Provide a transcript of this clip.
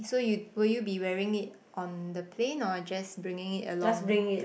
so you will you be wearing it on the plane or just bringing it along